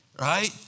right